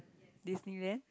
Disneyland